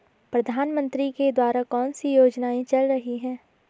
प्रधानमंत्री के द्वारा कौनसी योजनाएँ चल रही हैं?